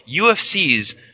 UFC's